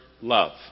love